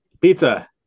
Pizza